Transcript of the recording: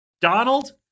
Donald